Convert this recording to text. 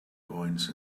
coins